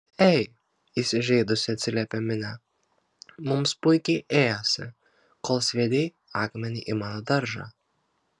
ei įsižeidusi atsiliepė minė mums puikiai ėjosi kol sviedei akmenį į mano daržą